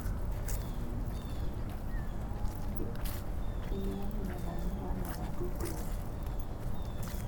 na mimea hii inaonekana kuwa mahindi. Mimea hii imevamiwa na wadudu wa shambani.